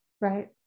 Right